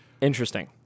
Interesting